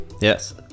Yes